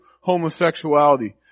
homosexuality